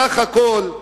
בסך הכול,